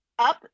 Up